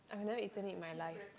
I've never eaten it in my life